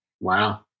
Wow